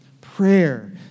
Prayer